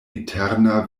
eterna